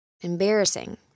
Embarrassing